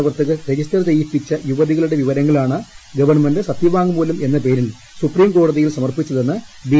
പ്രവർത്തകൾ register ചെയ്യിപ്പിച്ച യുവതികളുടെ വിവരങ്ങളാണ് ഗവൺമെന്റ് സത്യവാങ്മൂലം എന്ന പേരിൽ സുപ്രീംകോടതിയിൽ സമർപ്പിച്ചതെന്ന് ബി